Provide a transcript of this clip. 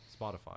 Spotify